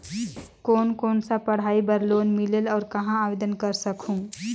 कोन कोन सा पढ़ाई बर लोन मिलेल और कहाँ आवेदन कर सकहुं?